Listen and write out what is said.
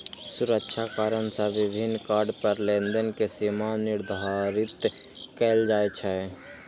सुरक्षा कारण सं विभिन्न कार्ड पर लेनदेन के सीमा निर्धारित कैल जाइ छै